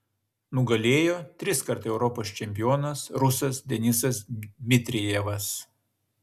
nugalėjo triskart europos čempionas rusas denisas dmitrijevas